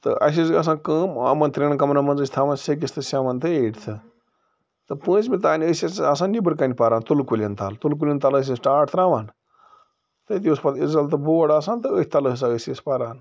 تہٕ اسہِ ٲس گژھان کٲم یِمَن ترٛیٚن کَمرَن منٛز ٲسۍ تھاوان سِکِستھہٕ سیٚونتھہٕ ایٹتھہٕ تہٕ پٲنٛژمہِ تانۍ ٲسۍ أسۍ آسان نیٚبرٕکَنۍ پَران تُلہٕ کُلیٚن تَل تُلہٕ کُلیٚن تَل ٲسۍ أسۍ ٹاٹھ ترٛاوان تٔتی اوس پَتہٕ تہٕ بوڑ آسان تہٕ أتھۍ تَل ہسا ٲسۍ أسۍ پَران